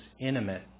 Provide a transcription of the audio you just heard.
intimate